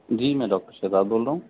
جی میں ڈاکٹر شاداب بول رہا ہوں